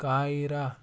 Cairo